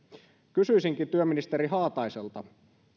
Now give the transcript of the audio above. kysyisinkin työministeri haataiselta